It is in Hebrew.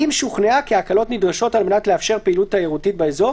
אם שוכנעה כי ההקלות נדרשות על מנת לאפשר פעילות תיירותית באזור